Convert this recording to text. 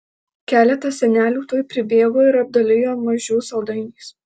keletas senelių tuoj pribėgo ir apdalijo mažių saldainiais